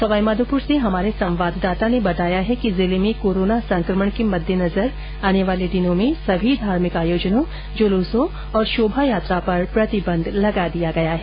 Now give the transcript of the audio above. सवाई माधोपुर से हमारे संवाददाता ने बताया कि जिले में कोरोना संकमण के मददेनजर आने वाले दिनों में सभी धार्मिक आयोजनों जुलूसों और शोभायात्रा पर प्रतिबंध लगा दिया है